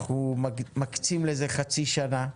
אנחנו מקצים לזה חצי שנה,